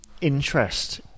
interest